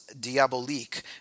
Diabolique